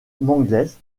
mangles